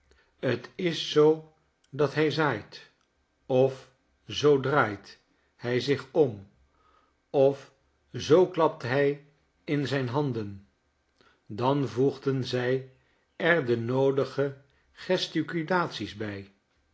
t is zoo dat hij zaait of zoo draait hij zich om of zoo klapt hij in zijn handen dan voegden zij er de noodige gesticulates bij